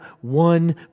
one